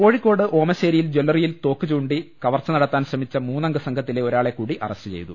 കോഴിക്കോട് ഓമശ്ശേരിയിൽ ജല്ലറിയിൽ തോക്ക് ചൂണ്ടിചൂണ്ടി കവർച്ച നടത്താൻ ശ്രമിച്ച മൂന്നംഗ സംഘത്തിലെ ഒരാളെ കൂടി അറസ്റ്റ് ചെയ്തു